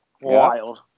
Wild